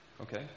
Okay